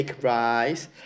rice